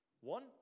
one